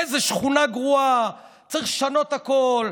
איזו שכונה גרועה, צריך לשנות הכול,